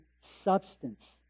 substance